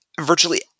virtually